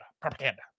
Propaganda